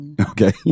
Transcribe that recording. okay